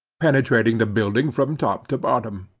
penetrating the building from top to bottom.